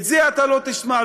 את זה אתה לא תשמע,